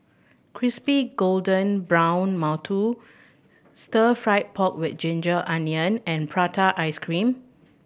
crispy golden brown mantou stir fried pork with ginger onion and prata ice cream